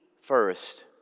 first